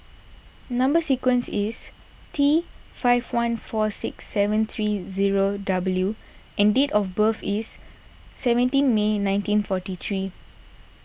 Number Sequence is T five one four six seven three zero W and date of birth is seventeen May nineteen forty three